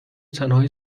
تنهایی